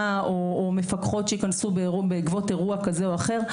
או מפקחות שייכנסו בעקבות אירוע כזה או אחר.